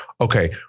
okay